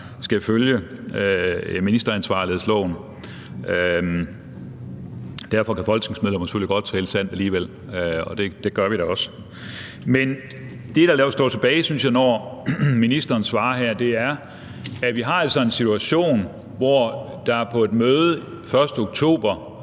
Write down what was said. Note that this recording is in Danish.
skal følge ministeransvarlighedsloven. Derfor kan folketingsmedlemmer selvfølgelig godt tale sandt alligevel, og det gør vi da også. Men det, der står tilbage, synes jeg, når ministeren svarer her, er, at vi altså har en situation, hvor der på et møde den 1. oktober